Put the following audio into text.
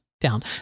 down